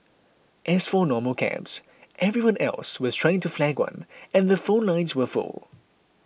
as for normal cabs everyone else was trying to flag one and the phone lines were full